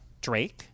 Drake